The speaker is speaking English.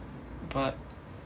but